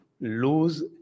lose